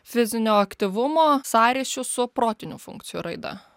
fizinio aktyvumo sąryšiu su protinių funkcijų raida